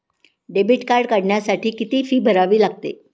Debit card काढण्यासाठी किती fee भरावी लागते?